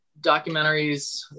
documentaries